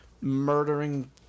murdering